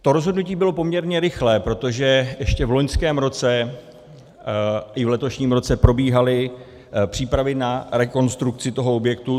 To rozhodnutí bylo poměrně rychlé, protože ještě v loňském roce i v letošním roce probíhaly přípravy na rekonstrukci toho objektu.